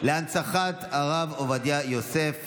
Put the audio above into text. להנצחת הרב עובדיה יוסף